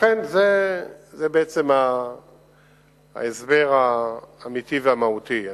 לכן, זה בעצם ההסבר האמיתי והמהותי.